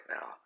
now